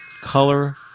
color